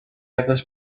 others